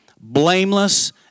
blameless